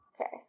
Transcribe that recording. Okay